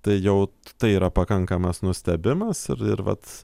tai jau tai yra pakankamas nustebimas ir ir vat